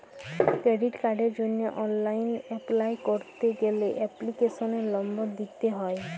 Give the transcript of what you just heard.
credit কার্ডের জন্হে online apply ক্যরতে গ্যালে এপ্লিকেশনের লম্বর দিত্যে হ্যয়